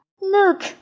Look